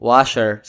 Washer